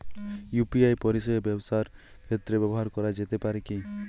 UPI পরিষেবা ব্যবসার ক্ষেত্রে ব্যবহার করা যেতে পারে কি?